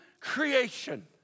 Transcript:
creation